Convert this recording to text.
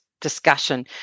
discussion